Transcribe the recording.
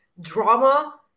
drama